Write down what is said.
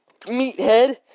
meathead